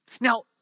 Now